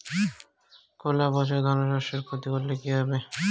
খোলা পচা ধানশস্যের ক্ষতি করলে কি করতে হবে?